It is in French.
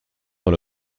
dans